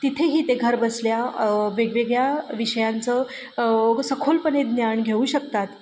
तिथेही ते घर बसल्या वेगवेगळ्या विषयांचं सखोलपणे ज्ञान घेऊ शकतात